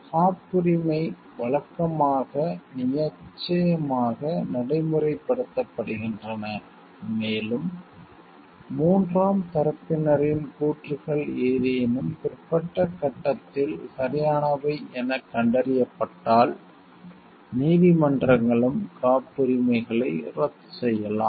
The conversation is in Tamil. காப்புரிமைகள் வழக்கமாக நிச்சயமாக நடைமுறைப்படுத்தப்படுகின்றன மேலும் மூன்றாம் தரப்பினரின் கூற்றுகள் ஏதேனும் பிற்பட்ட கட்டத்தில் சரியானவை எனக் கண்டறியப்பட்டால் நீதிமன்றங்களும் காப்புரிமைகளை ரத்து செய்யலாம்